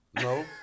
No